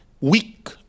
weak